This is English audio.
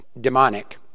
demonic